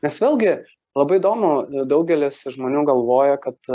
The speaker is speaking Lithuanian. nes vėlgi labai įdomu daugelis žmonių galvoja kad